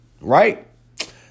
right